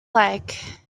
like